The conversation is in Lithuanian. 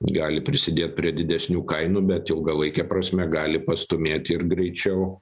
gali prisidėt prie didesnių kainų bet ilgalaike prasme gali pastūmėti ir greičiau